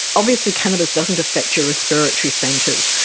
obviously cannabis doesn't affect your respiratory centres,